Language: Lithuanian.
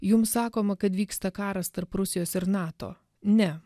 jums sakoma kad vyksta karas tarp rusijos ir nato ne